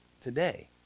today